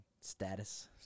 Status